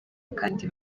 kandi